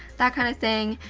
that kind of thing,